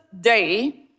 day